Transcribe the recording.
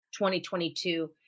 2022